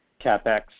capex